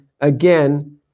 again